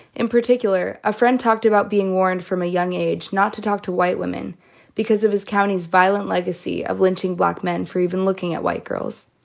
in particular, a friend talked about being warned from a young age not to talk to white women because of his county's violent legacy of lynching black men for even looking at white girls.